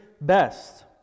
best